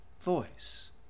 voice